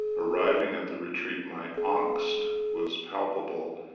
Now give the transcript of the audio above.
arriving at the retreat, my angst was palpable.